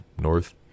north